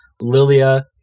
Lilia